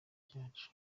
cyacu